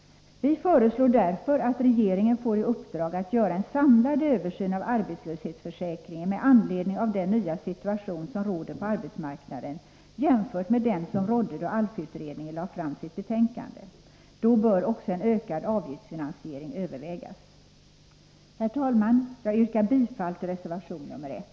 Vi föreslår därför att regeringen får i uppdrag att göra en samlad översyn av arbetslöshetsförsäkringen med anledning av den nya situation som råder på arbetsmarknaden, jämfört med den som rådde då ALF-utredningen lade fram sitt betänkande. Då bör också en ökad avgiftsfinansiering övervägas. Herr talman! Jag yrkar bifall till reservation nr 1.